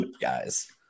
guys